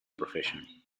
profession